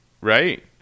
right